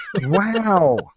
Wow